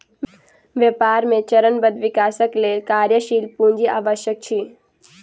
व्यापार मे चरणबद्ध विकासक लेल कार्यशील पूंजी आवश्यक अछि